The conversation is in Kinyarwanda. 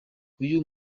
uyu